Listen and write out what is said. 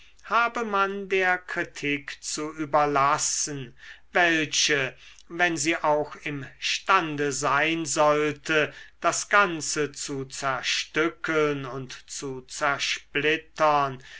habe man der kritik zu überlassen welche wenn sie auch imstande sein sollte das ganze zu zerstückeln und zu zersplittern